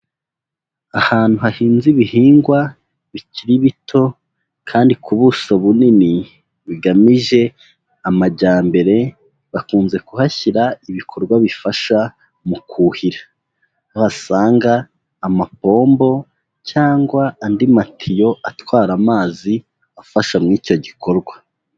Ahantu hahinze ibihingwa bikiri bito kandi ku buso bunini bigamije amajyambere, bakunze kuhashyira ibikorwa bifasha mu kuhira. Basanga amapombo cyangwa andi matiyo atwara amazi afasha mu icyo gikorwa.